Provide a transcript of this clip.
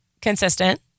consistent